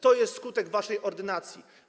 To jest skutek waszej ordynacji.